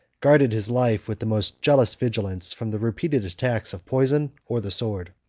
guarded his life with the most jealous vigilance from the repeated attacks of poison or the sword.